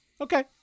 okay